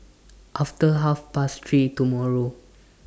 after Half Past three tomorrow